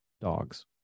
dogs